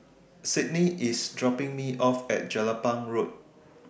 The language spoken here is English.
Sydney IS dropping Me off At Jelapang Road